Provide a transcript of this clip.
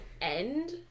end